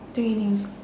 three new s~